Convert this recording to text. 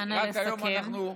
אנא, לסכם.